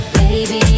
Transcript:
Baby